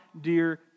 dear